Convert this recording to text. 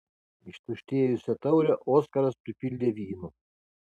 ištuštėjusią taurę oskaras pripildė vynu